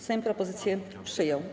Sejm propozycję przyjął.